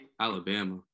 Alabama